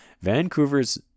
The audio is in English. Vancouver's